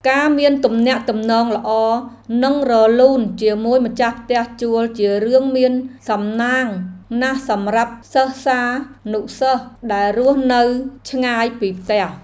ការមានទំនាក់ទំនងល្អនិងរលូនជាមួយម្ចាស់ផ្ទះជួលជារឿងមានសំណាងណាស់សម្រាប់សិស្សានុសិស្សដែលរស់នៅឆ្ងាយពីផ្ទះ។